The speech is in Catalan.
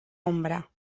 ombra